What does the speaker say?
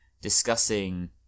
discussing